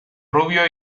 rubio